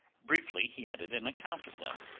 briefly he added an account of them.